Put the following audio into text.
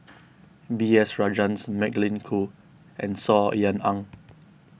B S Rajhans Magdalene Khoo and Saw Ean Ang